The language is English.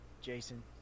Jason